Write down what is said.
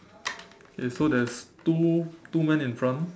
okay so there's two two man in front